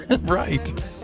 Right